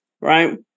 Right